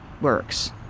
works